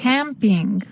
Camping